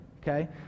okay